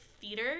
theater